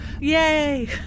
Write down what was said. Yay